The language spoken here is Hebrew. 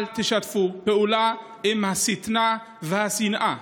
אל תשתפו פעולה עם השטנה והשנאה.